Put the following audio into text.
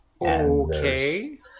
Okay